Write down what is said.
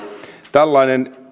tällainen